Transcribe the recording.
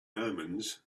omens